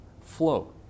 flow